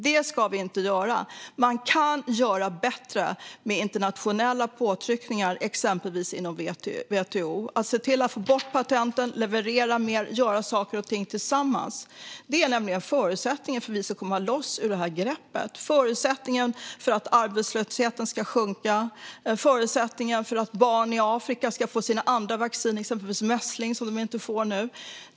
Det ska vi inte göra. Man kan göra bättre med internationella påtryckningar exempelvis inom WTO för att få bort patenten, leverera mer och göra saker och ting tillsammans. Det är nämligen förutsättningen för att vi ska komma loss ur det här greppet, förutsättningen för att arbetslösheten ska sjunka, förutsättningen för att barn i Afrika ska få sina andra vacciner - exempelvis mot mässling - som de inte får nu.